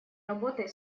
работой